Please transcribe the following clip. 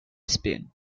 spin